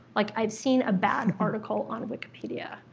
like, i've seen a bad article on wikipedia.